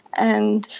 and,